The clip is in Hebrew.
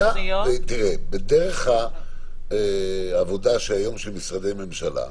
בדרך העבודה היום של משרדי ממשלה,